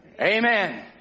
Amen